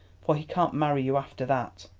for he can't marry you after that.